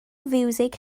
fiwsig